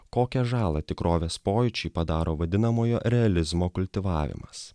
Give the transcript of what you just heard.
kokią žalą tikrovės pojūčiai padaro vadinamojo realizmo kultivavimas